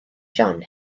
john